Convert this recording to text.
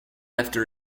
after